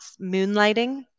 moonlighting